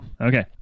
Okay